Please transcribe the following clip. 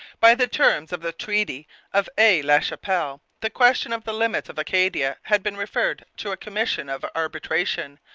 by the terms of the treaty of aix-la-chapelle the question of the limits of acadia had been referred to a commission of arbitration,